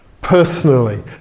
personally